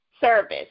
service